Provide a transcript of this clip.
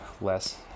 less